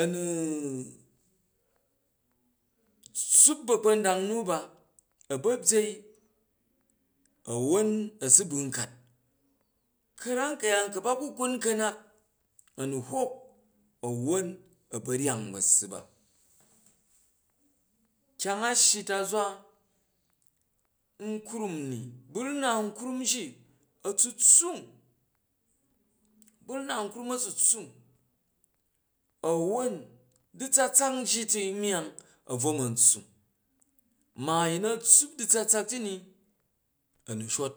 a̱ nu tsuup ba̱kpa̱ndang nu ba a̱ ba byei a̱won a̱ su bu nkat, ka̱ram ka̱yaan kuba kukwun ka̱nak a̱ nu hwok a̱won a̱ ba̱ ryan ba̱ssu ba, kyang a shyi ta̱zwa nkrum ni, bwi na nkrum ji a̱tsu-tssung, horna nurum a̱tsa-tssung a̱wwon du̱tsatsak nji ti nyang a̱ bvo ma̱n tssung, ma a̱yin nu a̱ tssup du̱tsatsak ti ni a̱ n u shot.